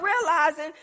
realizing